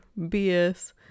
BS